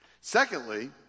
Secondly